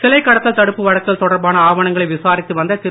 சிலை கடத்தல் தடுப்பு வழக்குகள் தொடர்பான ஆவணங்களை விசாரித்து வந்த திரு